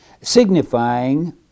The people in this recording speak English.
signifying